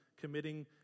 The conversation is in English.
committing